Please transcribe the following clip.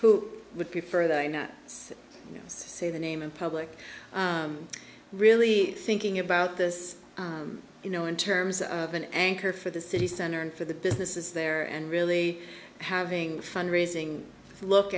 who would prefer that i not say the name in public really thinking about this you know in terms of an anchor for the city center and for the business is there and really having fun raising look